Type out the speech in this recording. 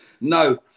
No